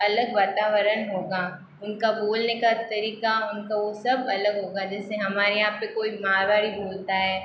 अलग वातावरण होगा उनका बोलने का तरीका उनका वह सब अलग होगा जैसे हमारे यहाँ पर कोई मारवाड़ी बोलता है